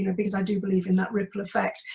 you know because i do believe in that ripple effect.